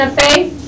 faith